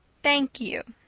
thank you.